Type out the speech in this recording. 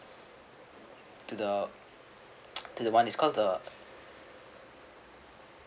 to the to the one it called the